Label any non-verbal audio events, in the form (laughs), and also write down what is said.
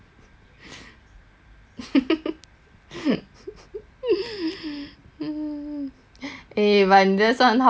(laughs) (breath) (breath) eh but 你的算好了 leh 我的如果 hor